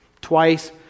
twice